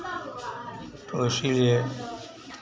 तो इसलिए